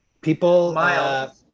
people